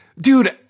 Dude